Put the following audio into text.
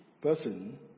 person